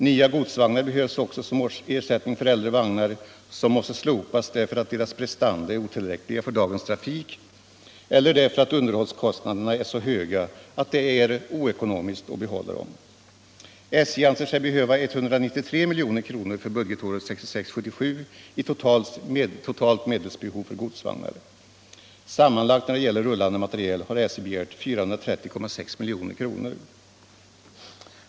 Nya godsvagnar behövs också som ersättning för äldre vagnar som måste slopas därför att deras prestanda är otillräckliga för dagens trafik eller därför att underhållskostnaderna är så höga att det är oekonomiskt att behålla dem. SJ anser sig behöva 193 milj.kr. för budgetåret 1976/77 i totalt medelsbehov för godsvagnar. Till rullande materiel har SJ begärt sammanlagt 430,6 milj.kr.